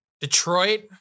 Detroit